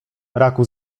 raku